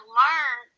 learn